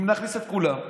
אם נכניס את כולם,